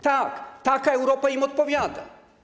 Tak, taka Europa im odpowiada.